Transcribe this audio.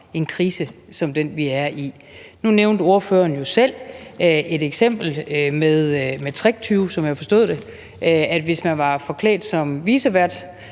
en krise som den, vi er i. Nu nævnte ordføreren jo selv et eksempel med tricktyve, som jeg forstod det. Hvis nogen var forklædt som vicevært,